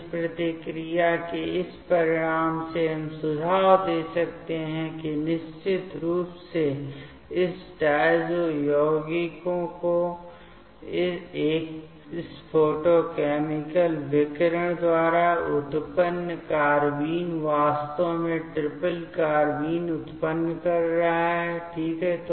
तो इस प्रतिक्रिया के इस परिणाम से हम सुझाव दे सकते हैं कि निश्चित रूप से इस डायज़ो यौगिकों के इस फोटोकैमिकल विकिरण द्वारा उत्पन्न कार्बाइन वास्तव में ट्रिपल कार्बाइन उत्पन्न कर रहा है ठीक है